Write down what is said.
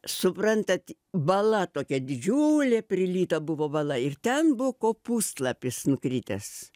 suprantat bala tokia didžiulė prilyta buvo bala ir ten buvo kopūstlapis nukritęs